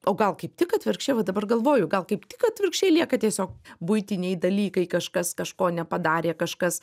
o gal kaip tik atvirkščiai va dabar galvoju gal kaip tik atvirkščiai lieka tiesiog buitiniai dalykai kažkas kažko nepadarė kažkas